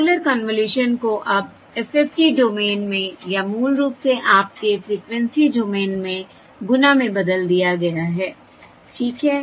तो circular convolution को अब FFT डोमेन में या मूल रूप से आपके फ्रिकवेंसी डोमेन में गुणा में बदल दिया गया है ठीक है